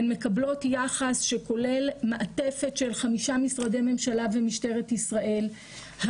הן מקבלות יחס שכולל מעטפת של חמישה משרדי ממשלה ומשטרת ישראל,